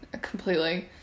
completely